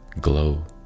glow